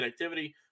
connectivity